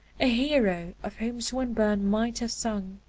a hero of whom swinburne might have sung